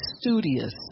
studious